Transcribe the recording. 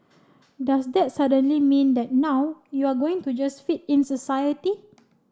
does that suddenly mean that now you're going to just fit in society